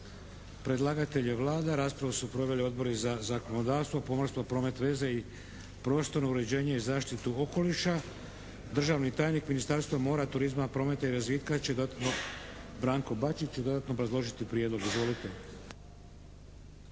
Predlagatelj je Vlada. Raspravu su proveli odbori za zakonodavstvo, pomorstvo, promet i veze i prostorno uređenje i zaštitu okoliša. Državni tajnik Ministarstva mora, turizma, prometa i razvitka će dodatno, Branko Bačić će dodatno obrazložiti prijedlog.